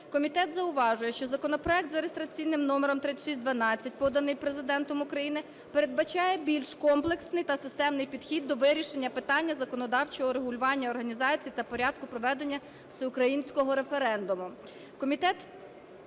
Комітет зауважує, що законопроект за реєстраційним номером 3612, поданий Президентом України, передбачає більш комплексний та системний підхід до вирішення питання законодавчого врегулювання організації та порядку проведення всеукраїнського референдуму.